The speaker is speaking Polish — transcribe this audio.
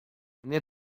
mnie